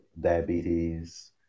diabetes